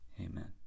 Amen